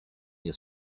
nie